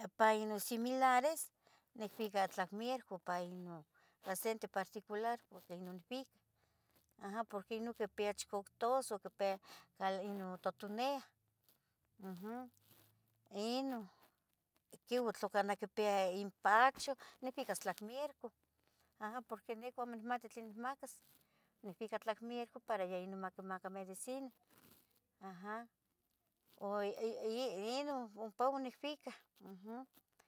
ipan inon similares nifica tla mierco paino sente particular porque non nicfica porque inon quipia chicauac tos o quepeya chicauac o totonia, ino, o canah quipia inpacho nifica cah mierco porqui nican amo nicmati tlen nicmacas nicfica ca mierco para maquimacas medicina aja. Inon ompa onicfica